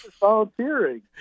Volunteering